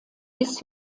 bis